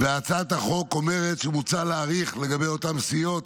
הצעת החוק אומרת שמוצע להאריך לגבי אותם סיעות,